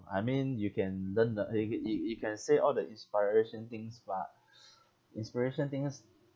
I mean you can learn the you ca~ you you can say all the inspiration things but inspiration things